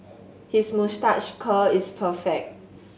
his moustache curl is perfect